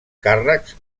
càrrecs